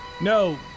No